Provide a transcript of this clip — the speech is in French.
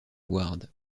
ward